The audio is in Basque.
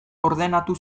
ordenatu